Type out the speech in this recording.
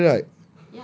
no traffic light